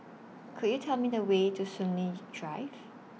Could YOU Tell Me The Way to Soon Lee Drive